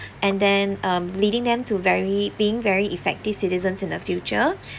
and then um leading them to very being very effective citizens in the future